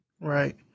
Right